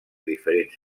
diferents